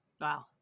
Wow